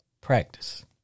Practice